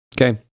Okay